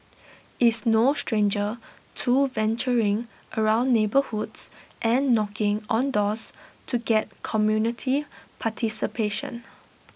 is no stranger to venturing around neighbourhoods and knocking on doors to get community participation